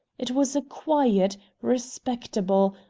it was a quiet, respectable,